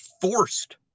forced